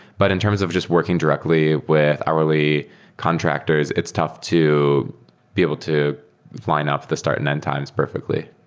but in terms of just working directly with hourly contractors, it's tough to be able to line up the start and end times perfectly.